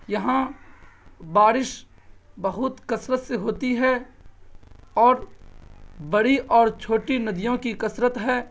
یہاں بارش بہت کثرت سے ہوتی ہے اور بڑی اور چھوٹی ندیوں کی کثرت ہے